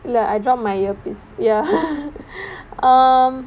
இல்லே:illa I drop my earpiece ya um